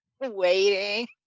waiting